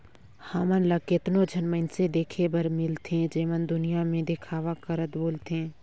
हमन ल केतनो झन मइनसे देखे बर मिलथें जेमन दुनियां में देखावा करत बुलथें